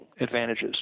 advantages